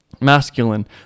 masculine